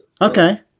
Okay